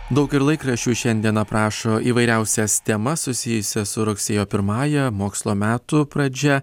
daug ir laikraščių šiandien aprašo įvairiausias temas susijusias su rugsėjo pirmąja mokslo metų pradžia